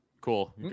cool